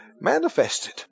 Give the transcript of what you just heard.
manifested